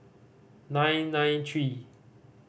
nine nine three